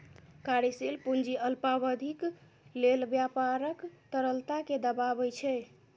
कार्यशील पूंजी अल्पावधिक लेल व्यापारक तरलता कें दर्शाबै छै